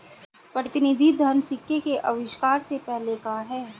प्रतिनिधि धन सिक्के के आविष्कार से पहले का है